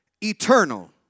eternal